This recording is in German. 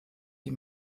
die